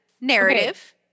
narrative